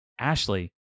Ashley